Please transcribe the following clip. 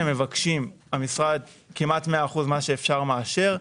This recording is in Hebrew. מבקשים, המשרד, כמעט מאה אחוזים, מה שאפשר - מאשר.